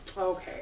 Okay